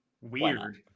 weird